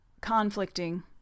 conflicting